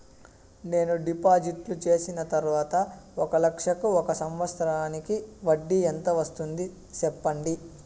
నేను డిపాజిట్లు చేసిన తర్వాత ఒక లక్ష కు ఒక సంవత్సరానికి వడ్డీ ఎంత వస్తుంది? సెప్పండి?